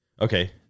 Okay